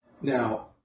Now